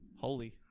holy